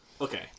Okay